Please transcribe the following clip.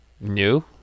new